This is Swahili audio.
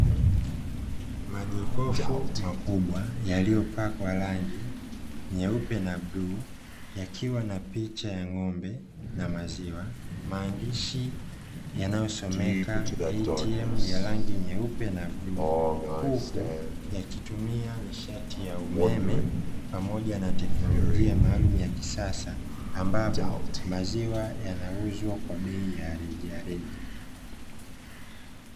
Majokofu makubwa yaliyopakwa rangi nyeupe na ya bluu yakiwa na picha ya ng'ombe na maziwa, maandishi yanayosomeka 'ATM' ya rangi nyeupe na bluu huku yakitumia nishati ya umeme pamoja na teknolojia maalumu ya kisasa ambapo maziwa yanauzwa kwa bei ya rejareja.